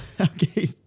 Okay